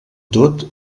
tot